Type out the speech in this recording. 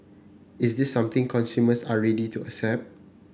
is this something consumers are ready to accept